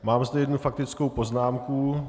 Mám zde jednu faktickou poznámku.